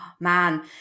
man